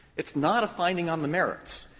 it's not a finding on the merits.